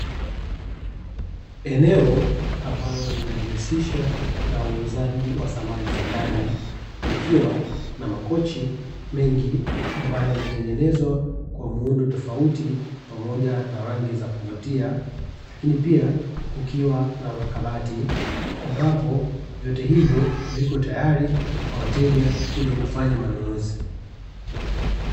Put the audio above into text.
Eneo ambalo linajihusisha na uuzaji wa samani za ndani, likiwa na makochi mengi ambayo yametengenezwa kwa muundo tofauti pamoja na rangi za kuvutia; lakini pia kukiwa na makabati; ambapo vyote hivyo viko tayari kwa wateja kuja kufanya manunuzi